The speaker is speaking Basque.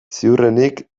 ziurrenik